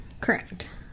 correct